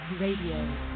Radio